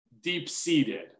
deep-seated